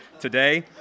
today